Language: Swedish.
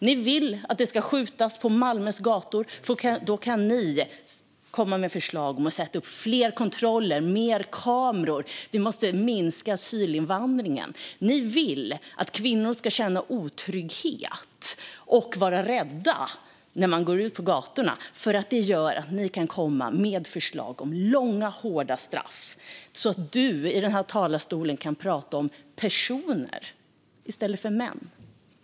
Ni vill att det ska skjutas på Malmös gator eftersom ni då kan komma med förslag om att sätta upp fler kontroller, fler kameror och minska asylinvandringen. Ni vill att kvinnor ska känna otrygghet och vara rädda när de går ut på gatorna eftersom ni då kan komma med förslag om långa, hårda straff. Då kan du i den här talarstolen prata om personer i stället för män.